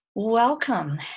Welcome